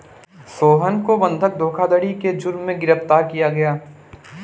सोहन को बंधक धोखाधड़ी के जुर्म में गिरफ्तार किया गया